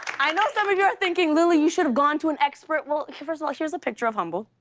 i know some of you are thinking, lilly, you should have gone to an expert. well, okay first of all, here's a picture of humble.